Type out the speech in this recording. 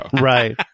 right